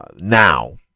now